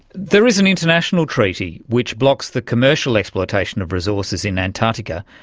there is an international treaty which blocks the commercial exploitation of resources in antarctica,